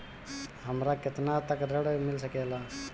हमरा केतना तक ऋण मिल सके ला?